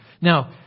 Now